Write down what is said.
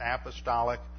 apostolic